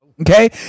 okay